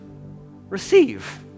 receive